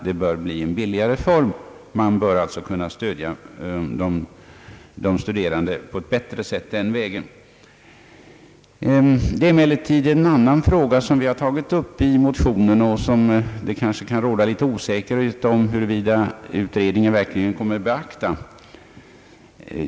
Man bör, anses det, kunna stödja de studerande på ett bättre sätt den vägen. Det är emellertid också en annan fråga som vi tagit upp i motionerna och som det kanske kan råda osäkerhet om huruvida utredningen verkligen kommer att beakta.